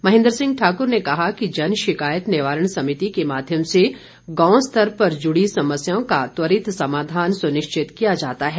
महेंद्र सिंह ठाकुर ने कहा कि जनशिकायत निवारण समिति के माध्यम से ग्राम स्तर पर जुड़ी समस्याओं का त्वरित समाधान सुनिश्चित किया जाता है